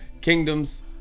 kingdoms